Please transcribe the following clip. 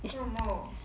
为什么